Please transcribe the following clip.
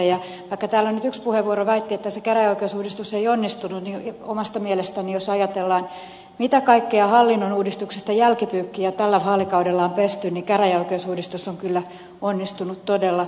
vaikka täällä yhdessä puheenvuorossa väitettiin että se käräjäoikeusuudistus ei onnistunut niin omasta mielestäni jos ajatellaan mitä kaikkea jälkipyykkiä hallinnonuudistuksesta tällä vaalikaudella on pesty niin käräjäoikeusuudistus on kyllä onnistunut todella hyvin